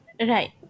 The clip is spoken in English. Right